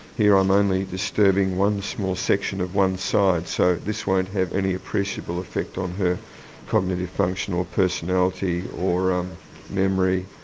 here i'm only disturbing one small section of one side, so this won't have an appreciable effect on her cognitive function or personality or um memory,